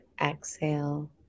exhale